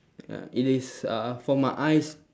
ya it is uh for my eyes